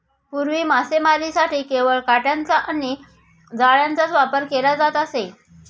पूर्वी मासेमारीसाठी केवळ काटयांचा आणि जाळ्यांचाच वापर केला जात असे